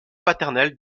paternelle